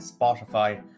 Spotify